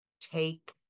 take